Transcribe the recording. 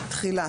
תחילה6.